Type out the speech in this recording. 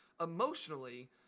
emotionally